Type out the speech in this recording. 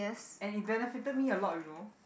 and it benefited me a lot you know